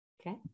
Okay